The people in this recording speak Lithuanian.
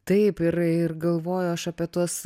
taip ir ir galvoju aš apie tuos